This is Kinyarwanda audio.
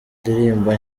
ndirimbo